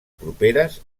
properes